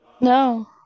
No